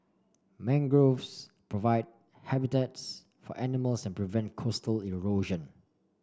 mangroves provide habitats for animals and prevent coastal erosion